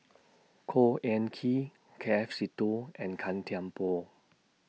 Khor Ean Ghee K F Seetoh and Gan Thiam Poh